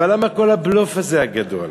אבל למה כל הבלוף הזה הגדול?